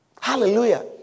Hallelujah